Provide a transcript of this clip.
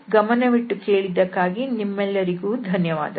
ಗಮನವಿಟ್ಟು ಕೇಳಿದ್ದಕ್ಕಾಗಿ ನಿಮ್ಮೆಲ್ಲರಿಗೂ ಧನ್ಯವಾದಗಳು